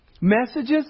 Messages